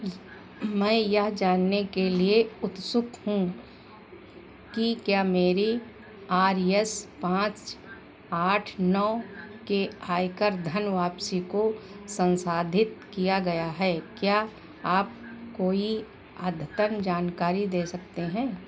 मैं यह जानने के लिए उत्सुक हूँ कि क्या मेरे आर एस पाँच आठ नौ के आयकर धन वापसी को संसाधित किया गया है क्या आप कोई अद्यतन जानकारी दे सकते हैं